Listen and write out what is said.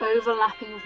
overlapping